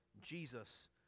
Jesus